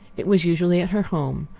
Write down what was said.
it was usually at her home,